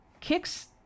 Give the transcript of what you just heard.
kicks